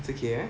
it's okay ah